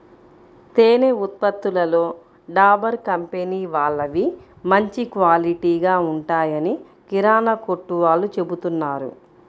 తేనె ఉత్పత్తులలో డాబర్ కంపెనీ వాళ్ళవి మంచి క్వాలిటీగా ఉంటాయని కిరానా కొట్టు వాళ్ళు చెబుతున్నారు